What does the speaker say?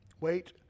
Wait